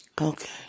Okay